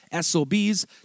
SOB's